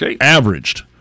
averaged